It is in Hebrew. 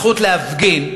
הזכות להפגין,